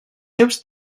seus